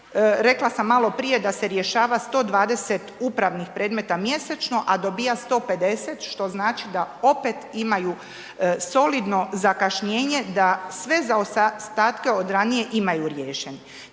rekla sam maloprije, da se rješava 120 upravnih predmeta mjesečno, a dobiva 150, što znači da opet imaju solidno zakašnjenje da sve zaostatke od ranije imaju riješen.